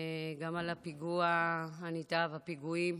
גם על הפיגוע הנתעב, הפיגועים,